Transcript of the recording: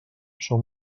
són